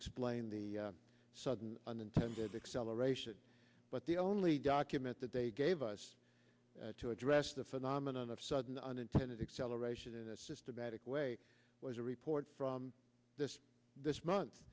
explain the sudden unintended acceleration but the only document that they gave us to address the phenomenon of sudden unintended acceleration in a systematic way was a report from this